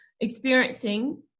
experiencing